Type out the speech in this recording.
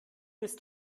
ist